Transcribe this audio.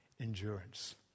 endurance